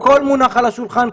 הכול מונח על השולחן,